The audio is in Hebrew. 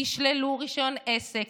תשללו רישיון עסק,